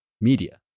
media